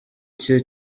cye